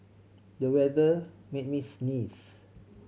the weather made me sneeze